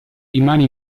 rimane